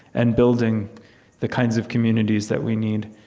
and building the kinds of communities that we need